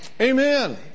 Amen